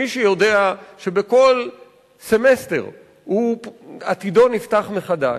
מי שיודע שבכל סמסטר עתידו נפתח מחדש,